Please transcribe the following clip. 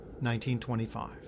1925